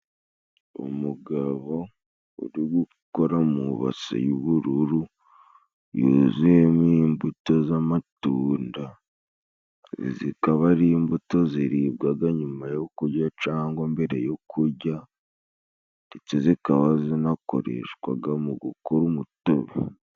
umugabo uri gukora mubasa y'ubururu, yuzuyemo imbuto z'amatunda, zikaba ari imbuto ziribwaga nyuma yo kurya cangwa mbere yo kurya, ndetse zikaba zinakoreshwaga mu gukora umutobe.